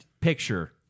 picture